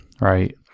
Right